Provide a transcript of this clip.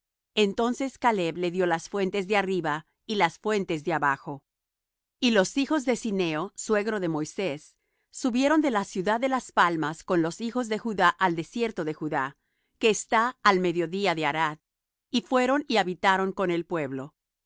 entonces caleb le dió las fuentes de arriba y las fuentes de abajo y los hijos de cineo suegro de moisés subieron de la ciudad de las palmas con los hijos de judá al desierto de judá que está al mediodía de arad y fueron y habitaron con el pueblo y